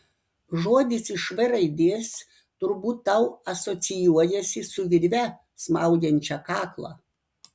žodis iš v raidės turbūt tau asocijuojasi su virve smaugiančia kaklą